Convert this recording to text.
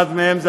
אחד מהם,